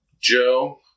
Joe